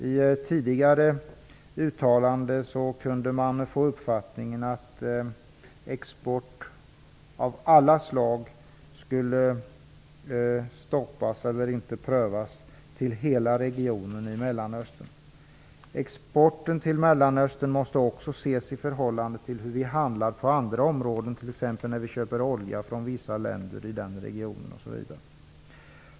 I ett tidigare uttalande kunde man få uppfattningen att export av alla slag skulle stoppas, eller inte skulle prövas, till hela regionen i Mellanöstern. Exporten till Mellanöstern måste också ses i förhållande till hur vi handlar på andra områden, exempelvis vid köp av olja från vissa länder i denna region.